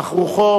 אך רוחו